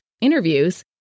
interviews